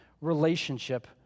relationship